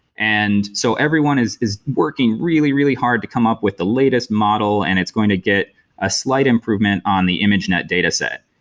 and so everyone is is working really, really hard to come up with the latest model and it's going to get a slight improvement on the image net dataset.